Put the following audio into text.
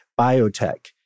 biotech